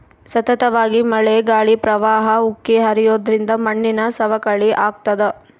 ಸತತವಾಗಿ ಮಳೆ ಗಾಳಿ ಪ್ರವಾಹ ಉಕ್ಕಿ ಹರಿಯೋದ್ರಿಂದ ಮಣ್ಣಿನ ಸವಕಳಿ ಆಗ್ತಾದ